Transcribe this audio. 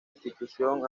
institución